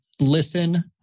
Listen